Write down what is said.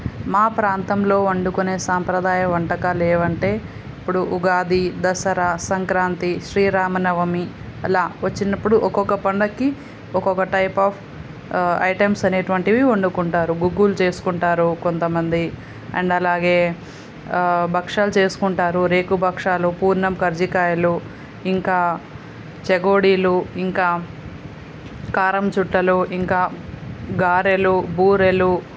మా ప్రాంతంలో వండుకొనే సాంప్రదాయ వంటకాలు ఏవి అంటే ఇప్పుడు ఉగాది దసరా సంక్రాంతి శ్రీరామనవమి అలా వచ్చినప్పుడు ఒక్కొక్క పండగకి ఒక్కొక్క టైప్ ఆఫ్ ఐటమ్స్ అనేటువంటివి వండుకుంటారు గుగ్గులు చేసుకుంటారు కొంత మంది అండ్ అలాగే భక్షాలు చేసుకుంటారు రేకు భక్షాలు పూర్ణం కజ్జికాయలు ఇంకా చెగోడీలు ఇంకా కారం చుట్టలు ఇంకా గారెలు బూరెలు